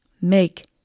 make